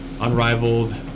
unrivaled